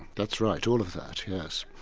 that's right, all of that, yes.